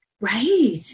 right